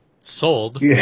sold